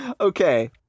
Okay